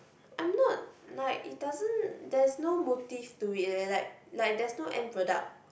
I'm not like it doesn't there is no motive to it leh like like there's no end product